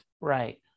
right